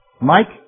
Mike